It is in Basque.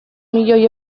milioi